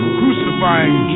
crucifying